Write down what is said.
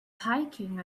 hiking